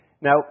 Now